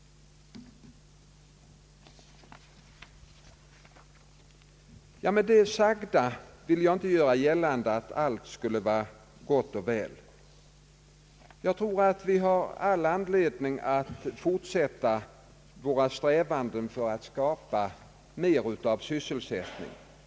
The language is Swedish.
Med det sagda vill jag inte göra gällande att allt skulle vara gott och väl. Vi har all anledning att fortsätta våra strävanden för att skapa mer sysselsättning.